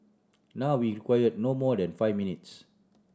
now we require no more than five minutes